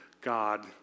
God